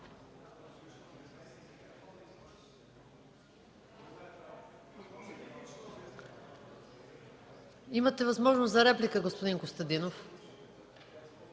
Имате възможност за реплика, господин Костадинов.